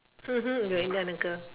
mmhmm you're indian uncle